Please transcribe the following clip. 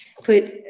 Put